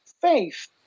Faith